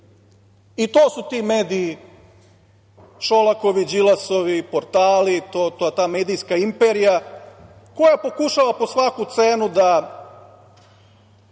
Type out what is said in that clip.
i to su ti mediji Šolakovi, Đilasovi portali, ta medijska imperija koja pokušava po svaku cenu da